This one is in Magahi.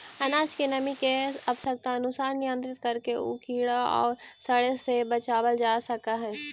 अनाज के नमी के आवश्यकतानुसार नियन्त्रित करके उ कीड़ा औउर सड़े से बचावल जा सकऽ हई